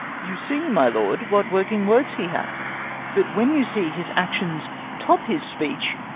you see, my lord, what working words he hath but, when you see his actions top his speech,